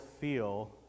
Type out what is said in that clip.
feel